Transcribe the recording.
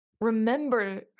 remember